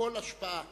מכל השפעה.